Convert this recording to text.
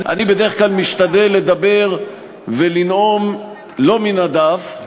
אני בדרך כלל משתדל לדבר ולנאום לא מן הדף,